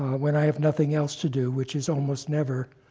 when i have nothing else to do which is almost never